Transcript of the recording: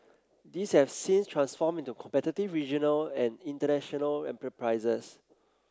these have since transformed into competitive regional and international enterprises